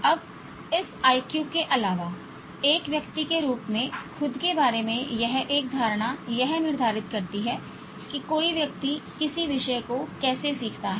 अब इस आईक्यू के अलावा एक व्यक्ति के रूप में खुद के बारे में एक धारणा यह निर्धारित करती है कि कोई व्यक्ति किसी विषय को कैसे सीखता है